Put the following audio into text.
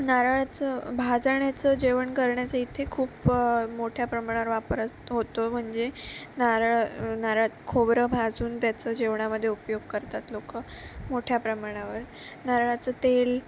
नारळाचं भाजण्याचं जेवण करण्याचं इथे खूप मोठ्या प्रमाणावर वापर होतो म्हणजे नारळ नारळात खोबरं भाजून त्याचं जेवणामध्ये उपयोग करतात लोकं मोठ्या प्रमाणावर नारळाचं तेल